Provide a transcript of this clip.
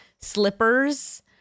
slippers